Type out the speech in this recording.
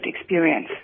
experience